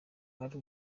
ari